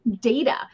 data